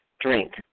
drink